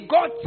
God